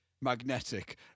magnetic